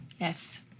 Yes